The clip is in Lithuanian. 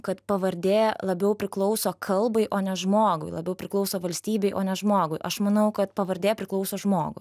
kad pavardė labiau priklauso kalbai o ne žmogui labiau priklauso valstybei o ne žmogui aš manau kad pavardė priklauso žmogui